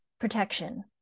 protection